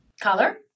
Color